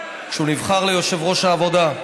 כשהוא נבחר ליושב-ראש העבודה: